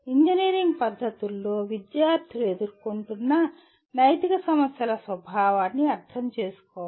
engineering పద్ధతుల్లో విద్యార్థులు ఎదుర్కొంటున్న నైతిక సమస్యల స్వభావాన్ని అర్థం చేసుకోవాలి